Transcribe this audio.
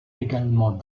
également